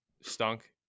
Stunk